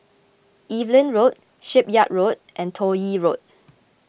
Evelyn Road Shipyard Road and Toh Yi Road